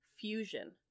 fusion